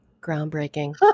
groundbreaking